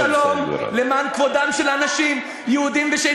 תן לו לסיים את דבריו.